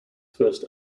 first